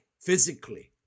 physically